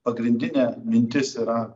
pagrindinė mintis yra